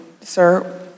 sir